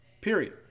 Period